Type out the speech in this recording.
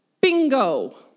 Bingo